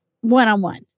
one-on-one